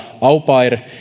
au pair